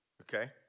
okay